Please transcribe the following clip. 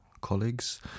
colleagues